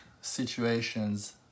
situations